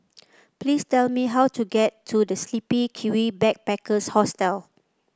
please tell me how to get to The Sleepy Kiwi Backpackers Hostel